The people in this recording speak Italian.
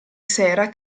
sera